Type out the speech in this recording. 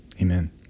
Amen